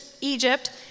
Egypt